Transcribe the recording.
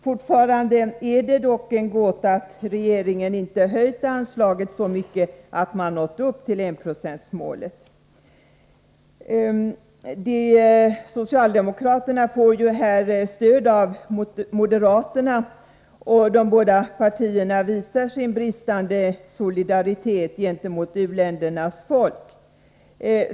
Fortfarande är det dock en gåta att regeringen inte höjt anslaget så mycket att man nått upp till enprocentsmålet. Socialdemokraterna får i denna fråga stöd av moderaterna, och de båda partierna visar sin bristande solidaritet gentemot u-ländernas folk.